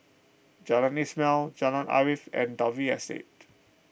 Jalan Ismail Jalan Arif and Dalvey Estate